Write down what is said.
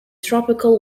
tropical